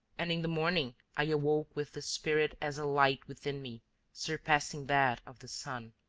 and in the morning i awoke with the spirit as a light within me surpassing that of the sun.